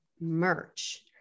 merch